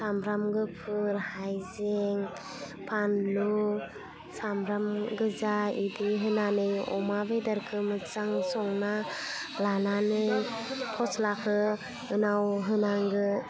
सामब्राम गुफुर हायजें फानलु सामब्राम गोजा बिदि होनानै अमा बेदरखौ मोजां संना लानानै फस्लाखौ उनाव होनांगो